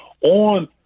on